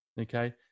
Okay